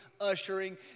ushering